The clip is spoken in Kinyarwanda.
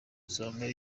usanga